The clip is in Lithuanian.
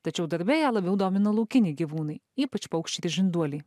tačiau darbe ją labiau domina laukiniai gyvūnai ypač paukščiai ir žinduoliai